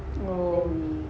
oh